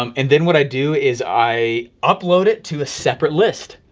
um and then what i do is i upload it to a separate list.